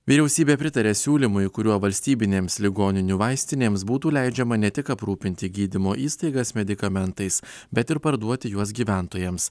vyriausybė pritarė siūlymui kuriuo valstybinėms ligoninių vaistinėms būtų leidžiama ne tik aprūpinti gydymo įstaigas medikamentais bet ir parduoti juos gyventojams